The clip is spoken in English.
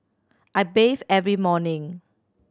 I bathe every morning